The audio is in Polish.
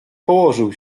położył